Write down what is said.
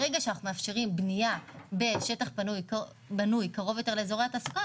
ברגע שאנחנו מאפשרים בניה בשטח בנוי קרוב לאזורי התעסוקה,